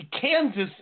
Kansas